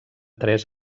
tres